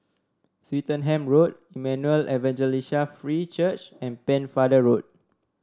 Swettenham Road Emmanuel Evangelical Free Church and Pennefather Road